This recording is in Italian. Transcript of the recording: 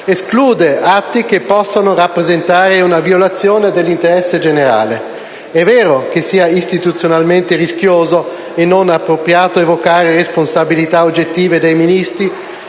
esclude atti che possano rappresentare una violazione dell'interesse generale. È vero che è istituzionalmente rischioso e non appropriato evocare responsabilità oggettive dei Ministri